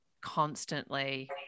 constantly